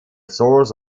source